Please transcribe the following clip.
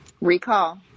Recall